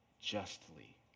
justly